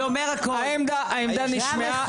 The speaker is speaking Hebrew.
העמדה נשמעה.